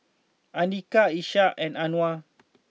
Andika Ishak and Anuar